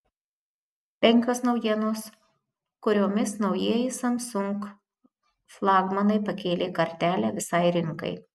penkios naujienos kuriomis naujieji samsung flagmanai pakėlė kartelę visai rinkai